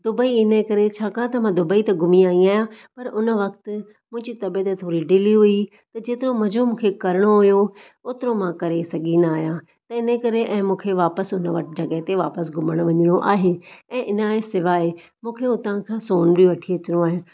Dubai इने करे छाकाणि त मां दुबई त घुमी आई आहियां पर हुन वक़्ति मुंहिंजी तबियत थोड़ी ढिल्ली हुई जेतिरो मज़ो मूंखे करणो हुयो ओतिरो मां करे सघी न आहियां त इन करे ऐं मूंखे वपसि हुन वटि हुन जॻहि ते घुमण वञणो आहे ऐं इन जे सवाइ मूंखे उतां खां सोन बि वठी अचणो आहे